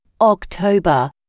October